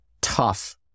tough